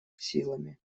силами